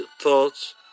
thoughts